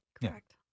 Correct